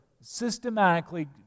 systematically